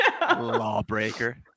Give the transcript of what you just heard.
lawbreaker